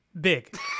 Big